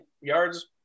yards